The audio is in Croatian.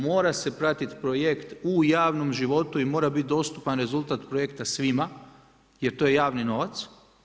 Mora se pratiti projekt u javnom životu i mora biti dostupan rezultat projekta svima jer to je javni novac.